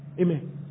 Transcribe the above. Amen